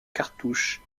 cartouche